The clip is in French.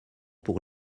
pour